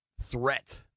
threat